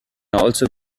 also